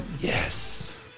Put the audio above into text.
Yes